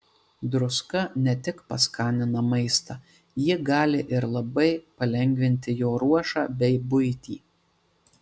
druska ne tik paskanina maistą ji gali ir labai palengvinti jo ruošą bei buitį